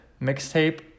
mixtape